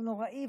הוא נוראי,